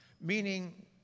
Meaning